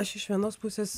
aš iš vienos pusės